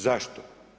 Zašto?